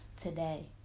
today